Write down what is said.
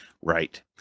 Right